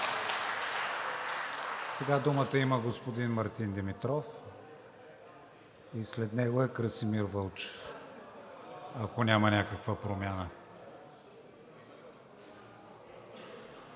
Сега думата има господин Мартин Димитров и след него е Красимир Вълчев, ако няма някаква промяна.